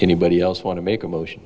anybody else want to make a motion